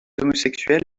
homosexuels